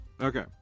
Okay